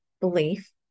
belief